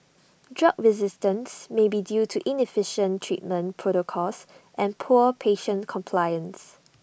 drug resistance may be due to inefficient treatment protocols and poor patient compliance